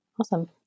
Awesome